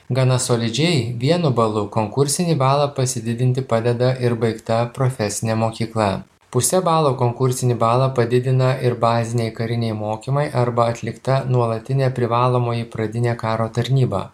gana solidžiai vienu balu konkursinį balą pasididinti padeda ir baigta profesinė mokykla puse balo konkursinį balą padidina ir baziniai kariniai mokymai arba atlikta nuolatinė privalomoji pradinė karo tarnyba